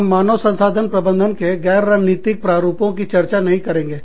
हम मानव संसाधन प्रबंधन के गैर राजनीतिक प्रारूपों की चर्चा नहीं करेंगे